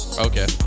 Okay